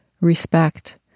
Respect